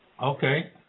Okay